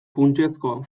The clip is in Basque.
funtsezko